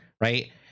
right